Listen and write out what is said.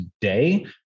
today